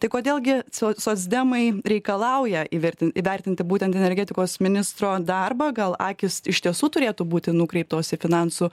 tai kodėl gi co socdemai reikalauja įvertinti įvėrtin būtent energetikos ministro darbą gal akys iš tiesų turėtų būti nukreiptos į finansų